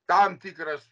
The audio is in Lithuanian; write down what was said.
tam tikras